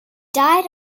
died